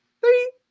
three